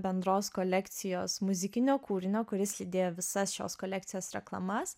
bendros kolekcijos muzikinio kūrinio kuris lydėjo visas šios kolekcijos reklamas